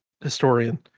historian